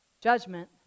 Judgment